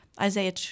Isaiah